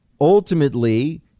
Ultimately